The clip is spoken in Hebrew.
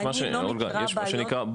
אני לא מכירה בעיות --- יש מה שנקרא,